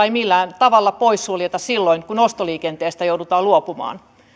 ei millään tavalla poissuljeta kun ostoliikenteestä joudutaan luopumaan